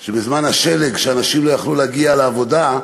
על זה שבזמן השלג, כשאנשים לא יכלו להגיע לעבודה,